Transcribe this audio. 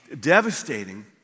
devastating